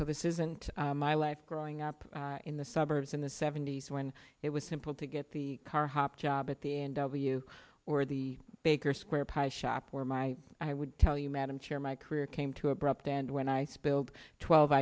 so this isn't my life growing up in the suburbs in the seventy's when it was simple to get the car hop job at the n w or the baker square pie shop where my i would tell you madam chair my career came to abrupt and when i spilled twelve